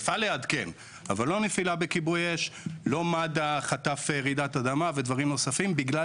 לא מד"א חטף רעידת אדמה ודברים נוספים בגלל